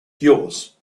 yours